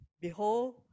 behold